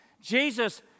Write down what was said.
Jesus